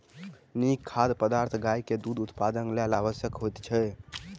नीक खाद्य पदार्थ गाय के दूध उत्पादनक लेल आवश्यक होइत अछि